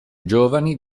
giovani